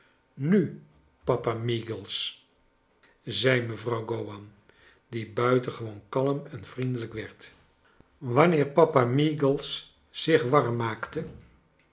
nu papa meagles zei mevrouw gowan die buitengewoon kalm en vriendelijk werd wanneer meagles zich warm maakte